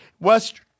West